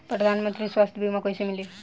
प्रधानमंत्री स्वास्थ्य बीमा कइसे मिली?